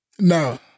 No